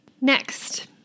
Next